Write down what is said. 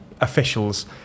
officials